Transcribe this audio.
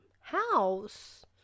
house